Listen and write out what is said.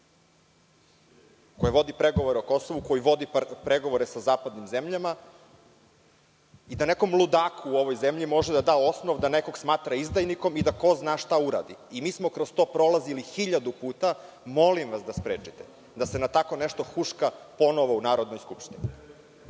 koji vodi pregovore o Kosovu, koji vodi pregovore sa zapadnim zemljama i da nekom ludaku u ovoj zemlji može da da osnov da nekoga smatra izdajnikom i da ko zna šta uradi. Mi smo kroz to prolazili hiljadu puta. Molim vas da sprečite da se na tako nešto huška ponovo u Narodnoj skupštini.